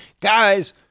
Guys